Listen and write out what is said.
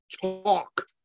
talk